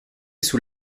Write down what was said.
sous